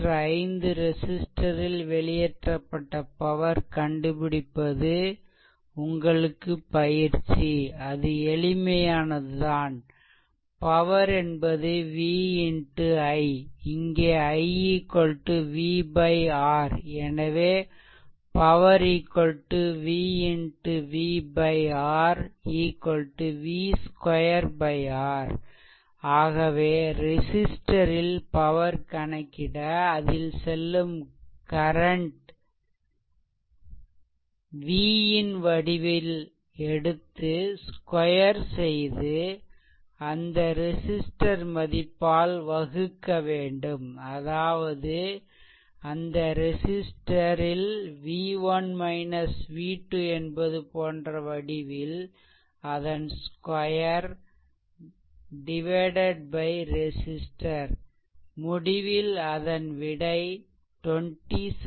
மற்ற ஐந்து ரெசிஸ்ட்டரில் வெளியேற்றப்பட்ட பவர் கண்டுபிடிப்பது உங்களுக்கு பயிற்சி அது எளிமையானதுதான் பவர் என்பது V X I இங்கே I VR எனவே power V X V R V2R ஆகவே ரெசிஸ்ட்டர் ல் பவர் கணக்கிட அதில் செல்லும் கரண்ட் V ன் வடிவில் எடுத்து ஸ்கொயர் செய்து அந்த ரெசிஸ்ட்டர் மதிப்பால் வகுக்க வேண்டும் அதாவது அந்த ரெசிஸ்ட்டர் ல் என்பது போன்ற வடிவில் அதன் ஸ்கொயர் ரெசிஸ்ட்டர் முடிவில் அதன் விடை 27